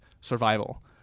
survival